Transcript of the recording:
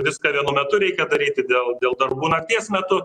viską vienu metu reikia daryti dėl dėl darbų nakties metu